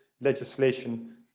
legislation